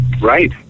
Right